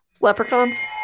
leprechauns